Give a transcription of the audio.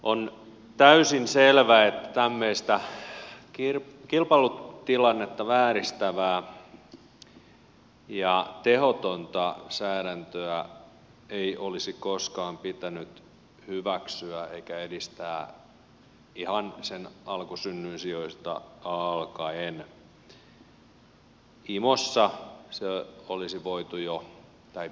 on täysin selvää että tämmöistä kilpailutilannetta vääristävää ja tehotonta säädäntöä ei olisi koskaan pitänyt hyväksyä eikä edistää ihan sen alkusynnyinsijoilta alkaen se olisi pitänyt torpata jo imossa